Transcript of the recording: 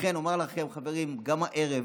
לכן אומר לכם, חברים, גם הערב.